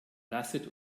lasset